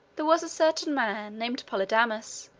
there was a certain man, named polydamas,